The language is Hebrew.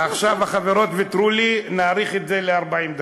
עכשיו החברות ויתרו לי, נאריך את זה ל-40 דקות.